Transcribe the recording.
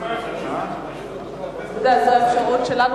זאת האפשרות שלנו,